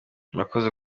murakoze